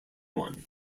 one